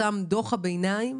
פורסם דוח הביניים